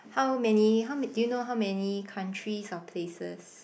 how many how ma~ do you know how many countries or places